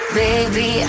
baby